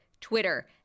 Twitter